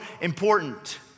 important